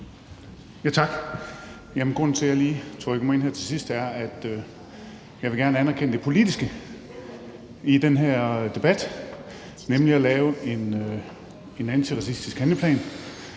Tak. Grunden til, at jeg lige trykkede mig ind her til sidst, er, at jeg gerne vil anerkende det politiske i den her debat, nemlig at lave en antiracistisk handleplan.